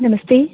नमस्ते